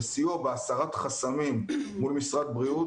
בסיוע בהסרת חסמים מול משרד הבריאות,